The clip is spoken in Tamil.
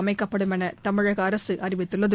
அமைக்கப்படும் என தமிழக அரசு அறிவித்துள்ளது